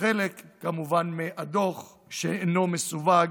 חלק כמובן מהדוח שאינו מסווג.